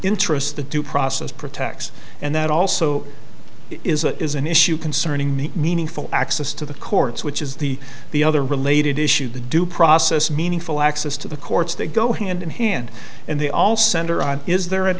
interests the due process protects and that also is a is an issue concerning the meaningful access to the courts which is the the other related issue the due process meaningful access to the courts that go hand in hand and they all center on is there an